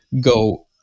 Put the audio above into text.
go